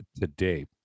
today